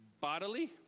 bodily